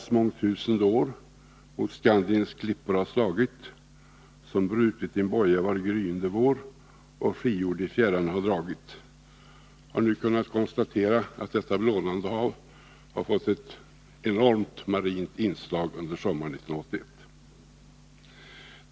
som mångtusende år mot Skandiens klippor har slagit. som brutit din boja var gryende vår och frigjord i fjärran har dragit ——--" har nu kunnat konstatera att detta blånande hav fått ett enormt marint inslag under sommaren 1981.